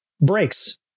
breaks